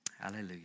Hallelujah